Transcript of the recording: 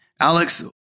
Alex